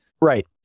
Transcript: Right